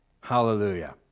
Hallelujah